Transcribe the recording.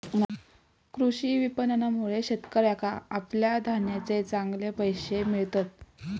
कृषी विपणनामुळे शेतकऱ्याका आपल्या धान्याचे चांगले पैशे मिळतत